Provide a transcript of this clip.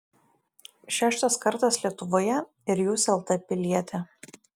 šeštas kartas lietuvoje ir jūs lt pilietė